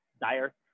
dire